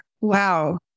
wow